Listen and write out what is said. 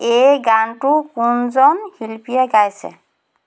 এই গানটো কোনজন শিল্পীয়ে গাইছে